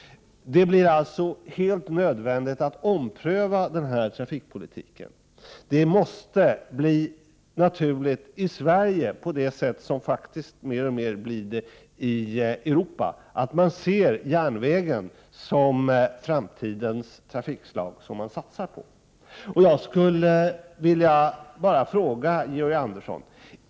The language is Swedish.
Det blir alltså helt nödvändigt att ompröva denna trafikpolitik. Det måste bli naturligt att man i Sverige, liksom i allt större utsträckning i övriga Europa, ser järnvägen som framtidens trafikslag och satsar på den. Jag skulle vilja ställa en fråga till Georg Andersson.